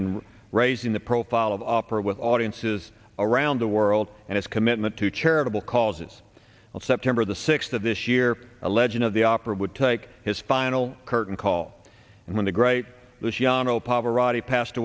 in raising the profile of opera with audiences around the world and his commitment to charitable causes of september the sixth of this year a legend of the opera would take his final curtain call and when the great